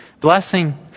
blessing